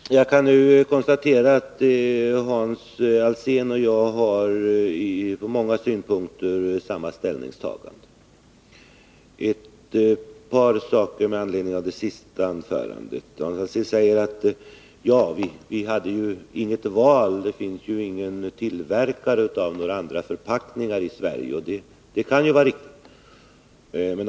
Herr talman! Jag kan nu konstatera att Hans Alsén och jag på många punkter har gjort samma ställningstagande. Jag vill bara ta upp ett par saker med anledning av det senaste anförandet. Vi hade inget val. Det finns ingen tillverkare av några andra förpackningar i Sverige, sade Hans Alsén. Det kan vara riktigt.